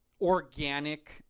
organic